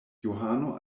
johano